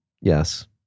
Yes